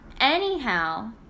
Anyhow